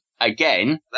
again